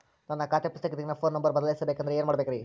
ನನ್ನ ಖಾತೆ ಪುಸ್ತಕದಾಗಿನ ಫೋನ್ ನಂಬರ್ ಬದಲಾಯಿಸ ಬೇಕಂದ್ರ ಏನ್ ಮಾಡ ಬೇಕ್ರಿ?